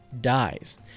dies